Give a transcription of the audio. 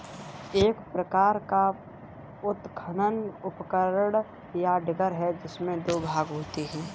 एक प्रकार का उत्खनन उपकरण, या डिगर है, जिसमें दो भाग होते है